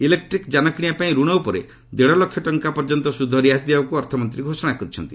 electric ଯାନ କିଶିବାପାଇଁ ଋଣ ଉପରେ ଦେଢ଼ ଲକ୍ଷ ଟଙ୍କା ପର୍ଯ୍ୟନ୍ତ ସୁଧ ରିହାତି ଦେବାକୁ ଅର୍ଥମନ୍ତ୍ରୀ ଘୋଷଣା କରିଛନ୍ତି